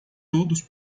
todos